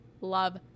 love